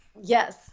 Yes